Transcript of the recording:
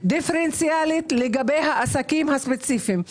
דיפרנציאלית לגבי העסקים הספציפיים.